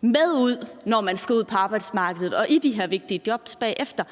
med ud, når man skal ud på arbejdsmarkedet og i de her vigtige jobs bagefter,